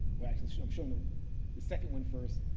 well, actually, i'm showing um the second one first.